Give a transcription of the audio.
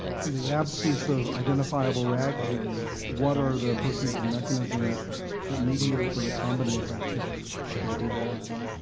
and the absence of identifiable rag genes what are the proteins and mechanisms that mediate the recombination activity for the vlrs?